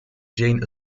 jane